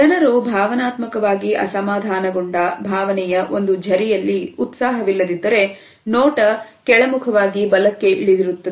ಜನರು ಭಾವನಾತ್ಮಕವಾಗಿ ಅಸಮಾಧಾನಗೊಂಡ ಭಾವನೆಯ ಒಂದು ಝರಿಯಲ್ಲಿ ಉತ್ಸಾಹವಿಲ್ಲ ದಿದ್ದರೆ ನೋಟ ಕೆಳಮುಖವಾಗಿ ಬಲಕ್ಕೆ ಇಳಿದಿರುತ್ತದೆ